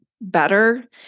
better